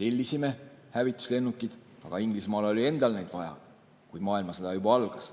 Tellisime hävituslennukid, aga Inglismaal oli endal neid vaja, kui maailmasõda juba algas.